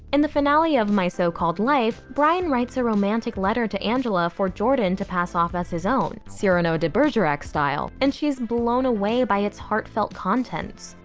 and the finale of my so-called life, brian writes a romantic letter to angela for jordan to pass off as his own, cyrano de bergerac-style, and she's blown away by its heartfelt contents.